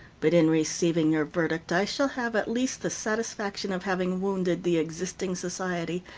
but in receiving your verdict i shall have at least the satisfaction of having wounded the existing society,